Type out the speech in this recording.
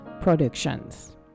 productions